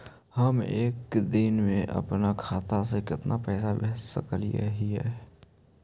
हम एक दिन में अपन खाता से कितना पैसा भेज सक हिय?